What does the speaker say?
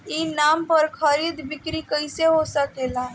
ई नाम पर खरीद बिक्री कैसे हो सकेला?